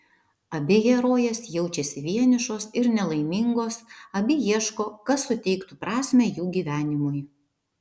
abi herojės jaučiasi vienišos ir nelaimingos abi ieško kas suteiktų prasmę jų gyvenimui